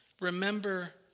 Remember